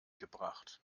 gebracht